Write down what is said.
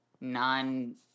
non